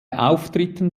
auftritten